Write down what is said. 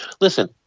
listen